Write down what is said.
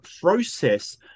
process